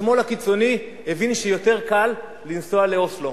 השמאל הקיצוני הבין שיותר קל לנסוע לאוסלו,